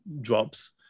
drops